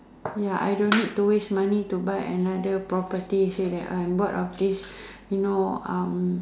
ya I don't need to waste money to buy another property say that I'm bored of this you know um